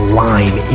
line